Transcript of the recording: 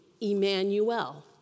Emmanuel